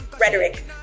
rhetoric